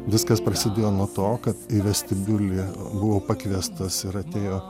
viskas prasidėjo nuo to kad į vestibiulį buvo pakviestas ir atėjo